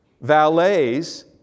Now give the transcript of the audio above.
valets